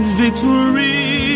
victory